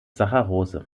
saccharose